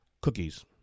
cookies